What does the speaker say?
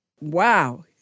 Wow